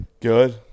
good